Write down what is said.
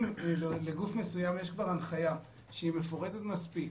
אם לגוף מסוים יש כבר הנחיה שהיא מפורטת מספיק,